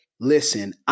listen